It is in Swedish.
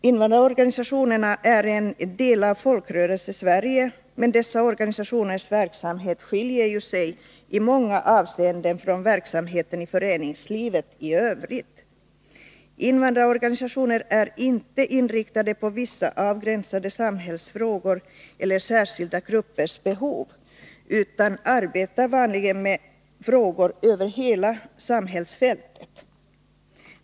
Invandrarorganisationerna är en del av Folkrörelsesverige, men dessa organisationers verksamhet skiljer sig i många avseenden från verksamheten i föreningslivet i övrigt. Invandrarorganisationerna är inte inriktade på vissa avgränsade samhällsfrågor eller särskilda gruppers behov, utan arbetar vanligen med frågor över hela samhällsfältet.